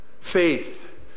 faith